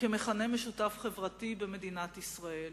כמכנה משותף חברתי במדינת ישראל.